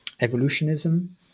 evolutionism